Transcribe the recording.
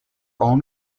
own